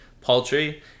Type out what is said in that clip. paltry